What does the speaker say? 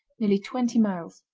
nearly twenty miles.